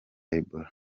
ebola